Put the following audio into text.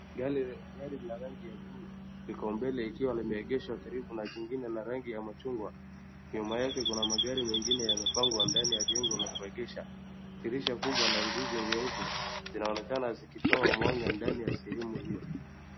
Gari la rangi ya blue liko mbele, ikiwa limeegeshwa karibu na jingine la rangi ya machungwa. Nyuma yake kuna magari mengine yamepangwa ndani ya jengo la kuegesha. Dirisha kubwa la nguzo nyeupe zinaonekana zikitoa mwanga ndani ya sehemu hiyo.